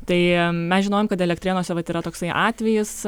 tai mes žinojom kad elektrėnuose vat yra toksai atvejis